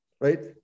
right